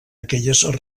aquelles